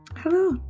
Hello